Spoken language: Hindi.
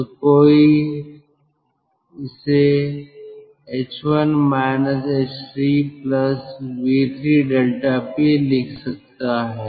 तो कोई ईसे h1 h3 v3 ∆p लिख सकता है